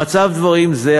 במצב דברים זה,